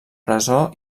presó